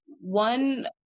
one